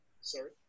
Sorry